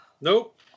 Nope